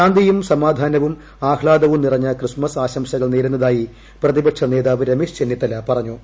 ശാന്തിയും സമാധാനവും ആഹ്ലാദവും നിറഞ്ഞ ക്രിസ്തുമസ് ആശംസകൾ നേരുന്നതായി പ്രതിപക്ഷ നേതാവ് രമേശ് ചെന്നിത്തല പറഞ്ഞു